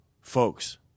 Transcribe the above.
folks